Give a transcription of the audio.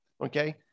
Okay